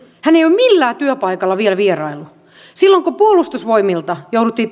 hän ei ole millään työpaikalla vielä vieraillut silloin kun puolustusvoimilla jouduttiin